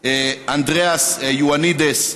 אנדריאס יואנידס,